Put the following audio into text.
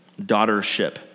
daughtership